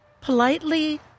politely